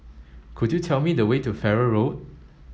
could you tell me the way to Farrer Road